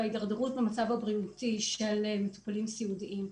ההידרדרות במצב הבריאותי של מטופלים סיעודיים.